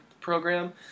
Program